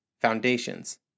Foundations